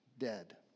dead